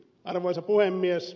arvoisa puhemies